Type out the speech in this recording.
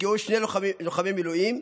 נפגעו שני לוחמי מילואים,